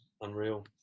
Unreal